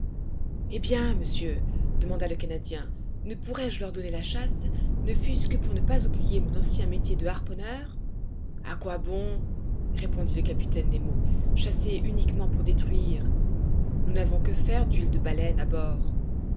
eh bien monsieur demanda le canadien ne pourrais-je leur donner la chasse ne fût-ce que pour ne pas oublier mon ancien métier de harponneur a quoi bon répondit le capitaine nemo chasser uniquement pour détruire nous n'avons que faire d'huile de baleine à bord